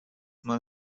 mal